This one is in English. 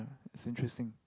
it's interesting